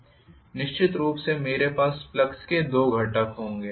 निश्चित रूप से मेरे पास फ्लक्स के दो घटक हैं